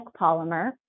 polymer